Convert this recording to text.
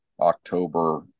October